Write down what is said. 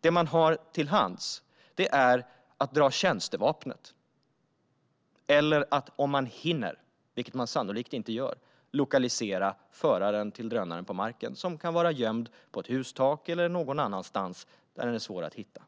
Det man har till hands är att dra tjänstevapnet eller - om man hinner, vilket man sannolikt inte gör - att lokalisera föraren till drönaren på marken, som kan vara gömd på ett hustak eller någon annan plats som är svår att hitta.